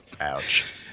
Ouch